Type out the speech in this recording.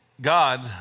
God